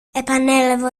επανέλαβε